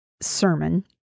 sermon